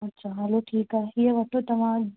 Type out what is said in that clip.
अच्छा हलो ठीकु आहे हीअं वठो तव्हां